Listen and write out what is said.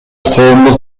коомдук